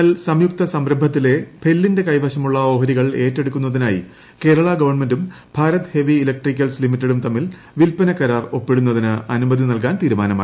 L സംയുക്ത സംരംഭത്തിലെ ഭെല്ലിന്റെ കൈവശമുള്ള ഓഹരികൾ ഏറ്റെടുക്കുന്നതിനായി കേരള ഗവൺമെന്റും ഭാരത് ഹെവി ഇലക്ട്രിക്കൽസ് ലിമിറ്റഡും തമ്മിൽ വിൽപ്പന കരാർ ഒപ്പിടുന്നതിന് അനുമതി നൽകാൻ തീരുമാനമായി